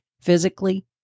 physically